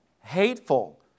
hateful